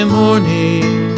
morning